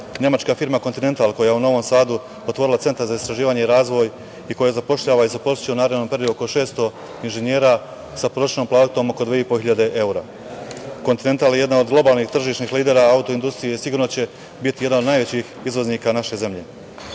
nemačka firma „Kontinental“, koja je u Novom Sadu otvorila Centar za istraživanje i razvoj i koja zapošljava i zaposliće u narednom periodu oko 600 inženjera sa prosečnom platom oko 2.500 evra. „Kontinental“ je jedna od globalnih tržišnih lidera auto-industrije i sigurno će biti jedna od najvećih izlaznika naše zemlje. Da